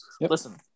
Listen